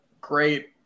great